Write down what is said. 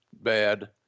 bad